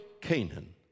Canaan